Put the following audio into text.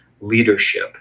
leadership